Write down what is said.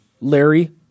Larry